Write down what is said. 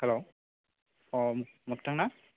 हेल' अ मोखथां ना